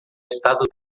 estado